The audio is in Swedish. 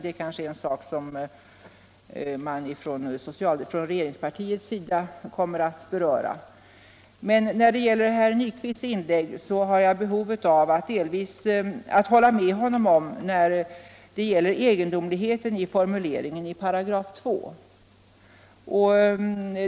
Det är kanske en sak som man från regeringspartiets sida kommer att ta upp. Men vad angår herr Nyquists inlägg har jag behov av att hålla med honom när han talar om den egendomliga formuleringen i 2 §.